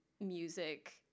music